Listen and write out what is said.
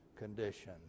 condition